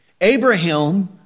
Abraham